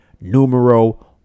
numero